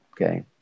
Okay